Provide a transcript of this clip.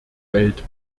welt